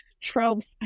tropes